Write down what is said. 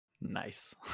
Nice